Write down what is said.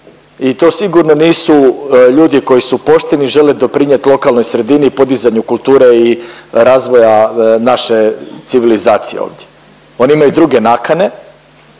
i to sigurno nisu ljudi koji su pošteni, žele doprinijet lokalnoj sredini, podizanju kulture i razvoja naše civilizacije ovdje. Oni imaju druge nakane